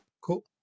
cool